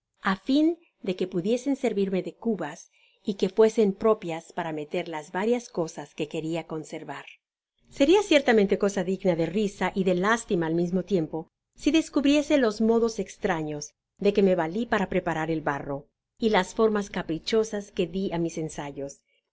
á fin de que pudiesen servirme de cubas y que fuesen propias para meter las varias cosas que queria conservar seria ciertamente cosa digna de risa y de lástima al mismo tiempo si descubriese los modos estrañosde que me valí para preparar el barro y las formas caprichosas que di á mis ensayos